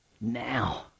now